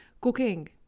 cooking